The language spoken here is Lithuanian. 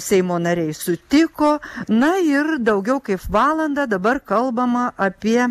seimo nariai sutiko na ir daugiau kaip valandą dabar kalbama apie